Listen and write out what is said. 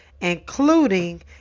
including